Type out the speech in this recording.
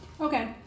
Okay